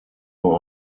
nur